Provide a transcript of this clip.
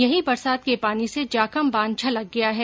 यही बरसात के पानी से जाखम बाध छलक गया है